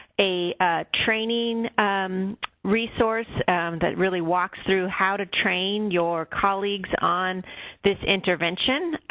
a training resource that really walks through how to train your colleagues on this intervention.